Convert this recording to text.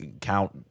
count